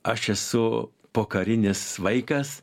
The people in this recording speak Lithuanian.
aš esu pokarinis vaikas